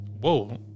Whoa